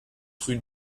rue